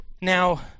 Now